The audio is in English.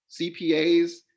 CPAs